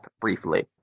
briefly